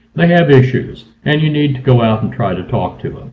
they have issues. and you need to go out and try to talk to